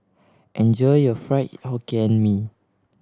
enjoy your Fried Hokkien Mee